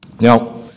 Now